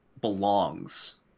belongs